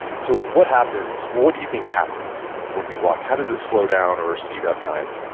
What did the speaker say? so what happens? what do you think happens when we walk? how does it slow down or speed up time?